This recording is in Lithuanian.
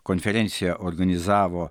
konferenciją organizavo